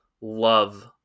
love